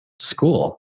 school